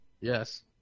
Yes